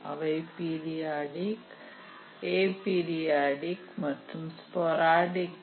அவை periodic aperiodic மற்றும் sporadic